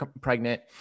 pregnant